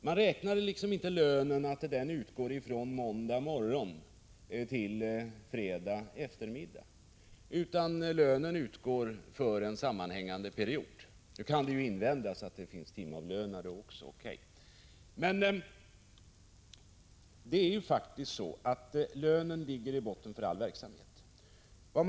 Man räknar inte att lönen utgår från måndag morgon till fredag eftermiddag utan lönen utgår för en sammanhängande period. Nu kan det för all del invändas att det också finns timavlönade. Men lönen ligger i botten för all verksamhet. Prot.